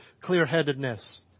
clear-headedness